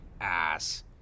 ass